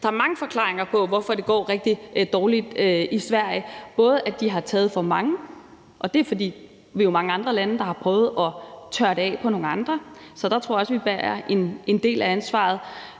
Der er mange forklaringer på, hvorfor det går rigtig dårligt i Sverige, altså både at de har taget for mange – og det er, fordi vi jo er mange andre lande, der har prøvet at tørre det af på nogle andre, så der tror jeg også, vi bærer en del af ansvaret